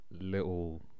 little